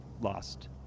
lost